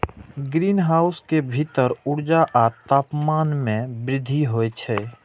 greenhouse के भीतर ऊर्जा आ तापमान मे वृद्धि होइ छै